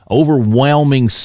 overwhelming